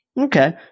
Okay